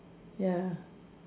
ya